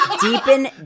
Deepen